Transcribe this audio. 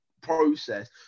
process